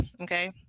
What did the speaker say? Okay